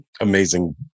amazing